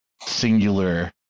singular